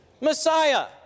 Messiah